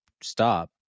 stop